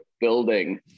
building